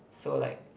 so like